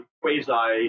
quasi